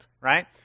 right